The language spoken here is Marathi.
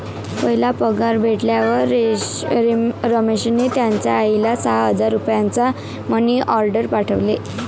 पहिला पगार भेटल्यावर रमेशने त्याचा आईला सहा हजार रुपयांचा मनी ओर्डेर पाठवले